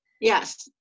Yes